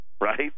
right